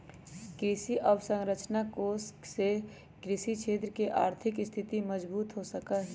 कृषि अवसरंचना कोष से कृषि क्षेत्र के आर्थिक स्थिति मजबूत हो सका हई